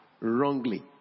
wrongly